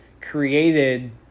created